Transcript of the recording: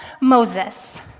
Moses